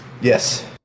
Yes